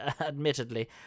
admittedly